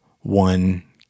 one